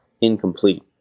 incomplete